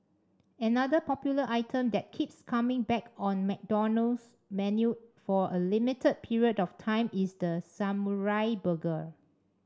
another popular item that keeps coming back on McDonald's menu for a limited period of time is the samurai burger